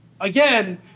Again